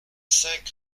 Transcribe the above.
cinq